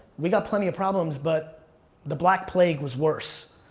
we got plenty of problems, but the black plague was worse.